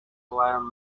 were